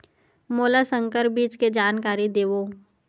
मोला संकर बीज के जानकारी देवो?